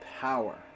power